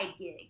gig